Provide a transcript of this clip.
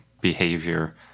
behavior